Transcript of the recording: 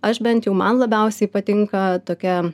aš bent jau man labiausiai patinka tokia